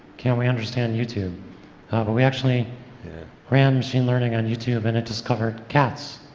can we understand youtube? but we actually ran machine learning on youtube and it discovered cats,